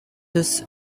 des